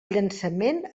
llançament